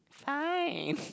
fine